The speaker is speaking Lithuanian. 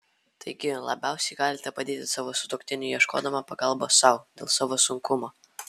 taigi labiausiai galite padėti savo sutuoktiniui ieškodama pagalbos sau dėl savo sunkumo